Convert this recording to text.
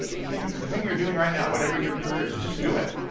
the thing the thing you're doing right now, whatever your career is, just do it.